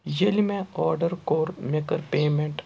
ییٚلہِ مےٚ آرڈر کوٚر مےٚ کٔر پیمنٹ